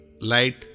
light